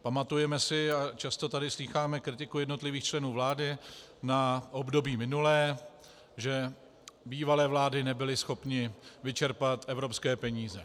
Pamatujeme si a často tady slýcháme kritiku jednotlivých členů vlády na období minulé, že bývalé vlády nebyly schopny vyčerpat evropské peníze.